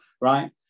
right